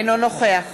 אינו נוכח